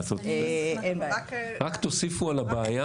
רק תוסיפו על הבעיה.